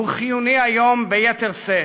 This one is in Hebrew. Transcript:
הוא חיוני היום ביתר שאת.